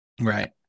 Right